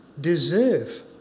deserve